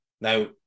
Now